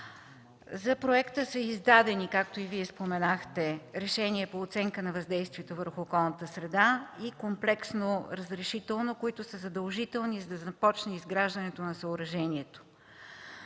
За проекта са издадени, както и Вие споменахте, решение по оценка на въздействието върху околната среда и комплексно разрешително, които са задължителни, за да започне изграждането на съоръжението.